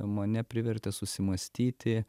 mane privertė susimąstyti